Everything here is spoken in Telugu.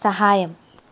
సహాయం